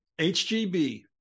HGB